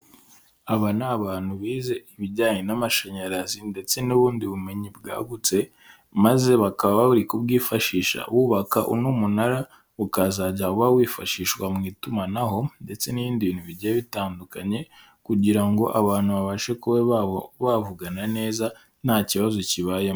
Aba ni abantu bize ibijyanye n'amashanyarazi ndetse n'ubundi bumenyi bwagutse, maze bakaba bari kubwifashisha bubaka uno munara, ukazajya uba wifashishwa mu itumanaho ndetse n'ibindi bintu bigiye bitandukanye, kugira ngo abantu babashe kuba bavugana neza nta kibazo kibayemo.